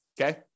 Okay